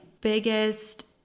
biggest